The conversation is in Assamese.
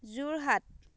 যোৰহাট